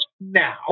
now